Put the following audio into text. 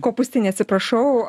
kopūstinė atsiprašau